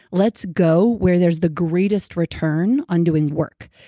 let's go where there's the greatest return on doing work,